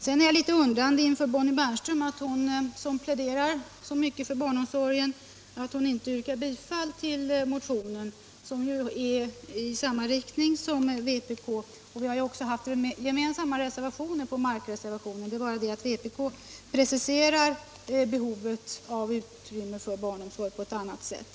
Sedan är jag litet förvånad över att Bonnie Bernström, som pläderar så mycket för barnomsorgen, inte yrkar bifall till sin motion, som ju går i samma riktning som vpk:s motion. Vi har också tidigare haft ge mensamma reservationer i fråga om markbehovet. Men vpk preciserar på ett annat sätt behovet av utrymme för barnomsorg.